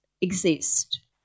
exist